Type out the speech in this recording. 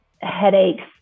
headaches